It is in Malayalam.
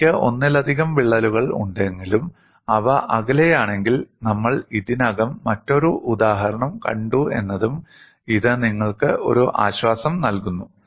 എനിക്ക് ഒന്നിലധികം വിള്ളലുകൾ ഉണ്ടെങ്കിലും അവ അകലെയാണെങ്കിൽ നമ്മൾ ഇതിനകം മറ്റൊരു ഉദാഹരണം കണ്ടു എന്നതും ഇത് നിങ്ങൾക്ക് ഒരു ആശ്വാസം നൽകുന്നു